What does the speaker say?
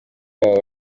wabo